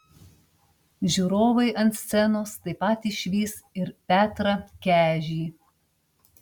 žiūrovai ant scenos taip pat išvys ir petrą kežį